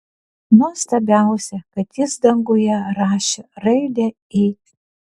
nuostabiausia kad jis danguje rašė raidę i